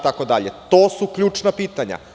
To su ključna pitanja.